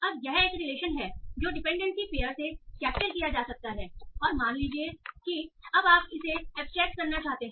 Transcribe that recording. अब यह एक रिलेशन है जो डिपेंडेंसी पेयर से कैप्चर किया जा सकता है और मान लीजिए कि अब आप इसे एब्स्ट्रेक्ट करना चाहते हैं